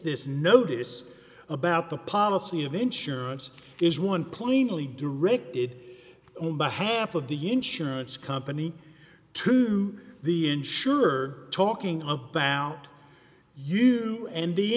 this notice about the policy of insurance is one plainly directed only behalf of the insurance company to the insurer talking up down you and the